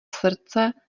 srdce